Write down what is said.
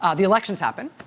um the elections happen.